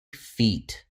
feet